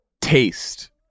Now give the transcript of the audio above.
taste